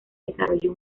desarrollo